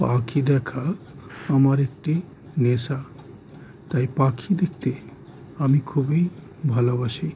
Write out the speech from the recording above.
পাখি দেখা আমার একটি নেশা তাই পাখি দেখতে আমি খুবই ভালোবাসি